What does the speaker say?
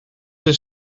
oes